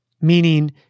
meaning